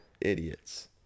idiots